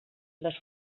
les